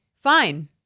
Fine